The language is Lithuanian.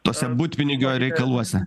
tuose butpinigių reikaluose